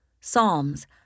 Psalms